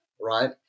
right